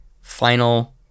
final